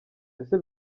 ese